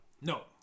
no